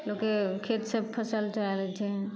लोककेँ खेत से फसल चोरा लै छै